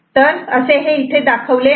तर असे हे इथे दाखवले आहे